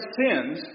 sins